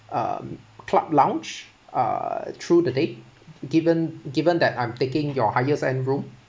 um club lounge uh through the date given given that I'm taking your highest end room